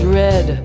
red